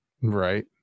Right